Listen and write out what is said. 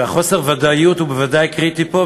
וחוסר הוודאות הוא בוודאי קריטי פה,